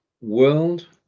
World